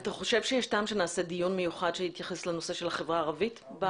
אתה חושב שיש טעם שנעשה דיון מיוחד שיתייחס לנושא של החברה הערבית?